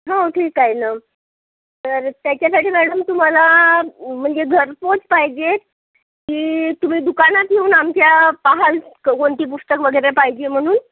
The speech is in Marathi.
हो ठीक आहे ना तर त्याच्यासाठी मॅडम तुम्हाला म्हणजे घरपोच पाहिजे की तुम्ही दुकानात येऊन आमच्या पहाल क कोणती पुस्तक वगैरे पाहिजे म्हणून